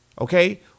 Okay